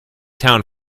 town